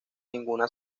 ninguna